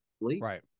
Right